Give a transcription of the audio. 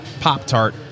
Pop-Tart